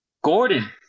Gordon